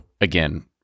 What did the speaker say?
again